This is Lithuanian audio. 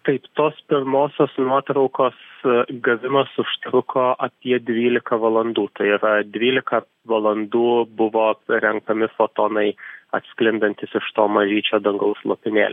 taip tos pirmosios nuotraukos gavimas užtruko apie dvylika valandų tai yra dvylika valandų buvo renkami fotonai atsklindantys iš to mažyčio dangaus lopinėlio